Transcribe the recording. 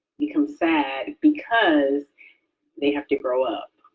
you become sad because they have to grow up